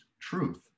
truth